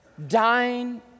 dying